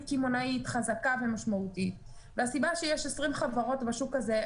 קמעונאית חזקה ומשמעותית והסיבה שיש 20 חברות בשוק הזה,